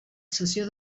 cessió